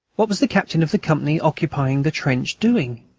what was the captain of the company occupying the trench doing?